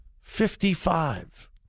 Fifty-five